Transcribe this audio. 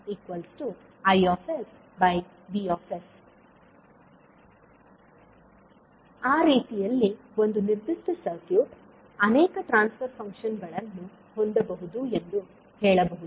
HsAdmittanceIV ಆ ರೀತಿಯಲ್ಲಿ ಒಂದು ನಿರ್ದಿಷ್ಟ ಸರ್ಕ್ಯೂಟ್ ಅನೇಕ ಟ್ರಾನ್ಸ್ ಫರ್ ಫಂಕ್ಷನ್ ಗಳನ್ನು ಹೊಂದಬಹುದು ಎಂದು ಹೇಳಬಹುದು